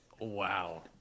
Wow